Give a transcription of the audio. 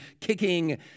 kicking